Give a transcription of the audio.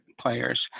players